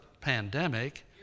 pandemic